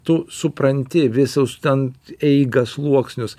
tu supranti visus ten eigą sluoksnius